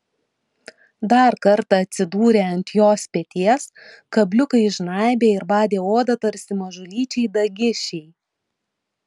dar kartą atsidūrė ant jos peties kabliukai žnaibė ir badė odą tarsi mažulyčiai dagišiai